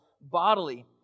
bodily